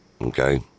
Okay